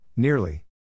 Nearly